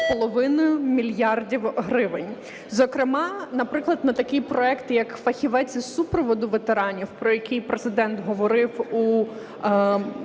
10,5 мільярда гривень. Зокрема, наприклад, на такий проєкт, як "Фахівець із супроводу ветеранів", про який Президент говорив у